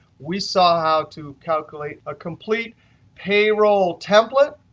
we saw how to calculate a complete payroll template.